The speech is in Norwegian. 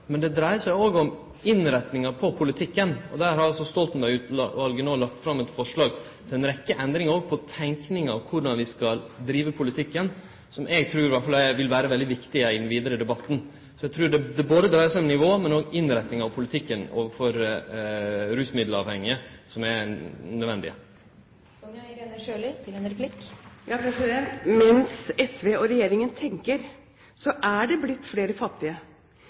Men det dreier seg òg om innretninga på politikken, og der har då Stoltenberg-utvalet no lagt fram eit forslag til ei rekkje endringar òg på tenkinga rundt korleis vi skal drive politikken, som eg trur vil vere veldig viktig i den vidare debatten. Så eg trur det dreier seg både om nivå og om innretninga av politikken overfor rusmiddelavhengige – det er nødvendig. Mens SV og regjeringen tenker, er det blitt flere fattige,